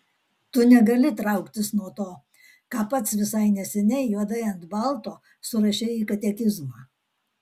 tu negali trauktis nuo to ką pats visai neseniai juodai ant balto surašei į katekizmą